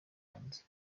hanze